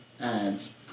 ads